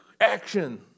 Action